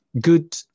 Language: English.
good